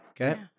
Okay